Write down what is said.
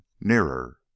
Nearer